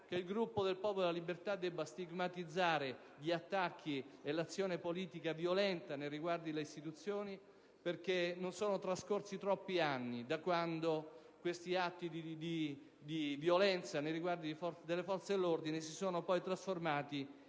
il Gruppo del Popolo della Libertà stigmatizza gli attacchi e l'azione politica violenta nei riguardi delle istituzioni, perché non sono trascorsi troppi anni da quando questi atti di violenza contro le forze dell'ordine si sono poi trasformati